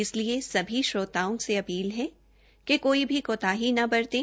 इसलिए सभी श्रोताओं से अपील है कि कोई भी कोताही न बरतें